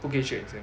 不可以选择